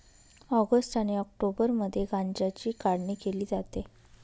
August आणि ऑक्टोबरमध्ये गांज्याची काढणी केली जाते